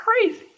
crazy